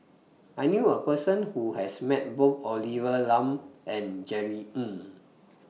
I knew A Person Who has Met Both Olivia Lum and Jerry Ng